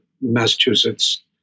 Massachusetts